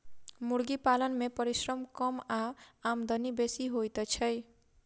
मुर्गी पालन मे परिश्रम कम आ आमदनी बेसी होइत छै